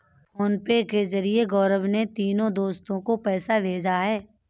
PhonePe के जरिए गौरव ने तीनों दोस्तो को पैसा भेजा है